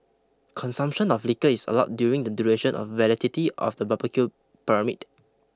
consumption of liquor is allowed during the duration of the validity of the barbecue permit